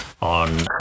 on